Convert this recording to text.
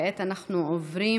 כעת אנחנו עוברים